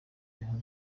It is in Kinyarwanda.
bahunga